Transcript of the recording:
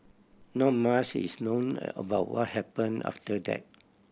not mush is known about what happen after that